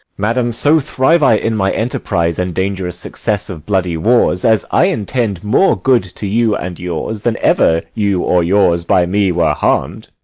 madam, so thrive i in my enterprise and dangerous success of bloody wars, as i intend more good to you and yours than ever you or yours by me were harm'd!